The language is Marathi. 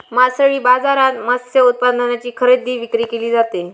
मासळी बाजारात मत्स्य उत्पादनांची खरेदी विक्री केली जाते